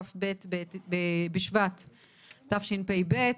כ"ב בשב"ט התשפ"ב,